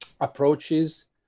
approaches